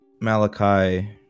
Malachi